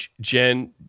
Jen